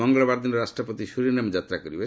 ମଙ୍ଗଳବାର ଦିନ ରାଷ୍ଟ୍ରପତି ସୁରିନେମ୍ ଯାତ୍ରା କରିବେ